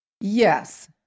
Yes